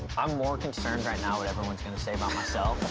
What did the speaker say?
um more concerned right now what everyone's gonna say about myself.